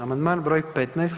Amandman broj 15.